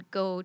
go